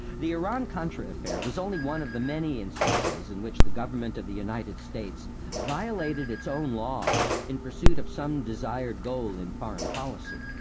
the iran contra affair was only one of the many instances in which the government of the united states violated its own laws in pursuit of some desired goal in foreign policy.